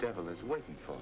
devil is working for